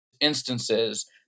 instances